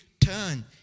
turn